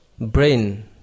BRAIN